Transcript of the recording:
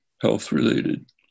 health-related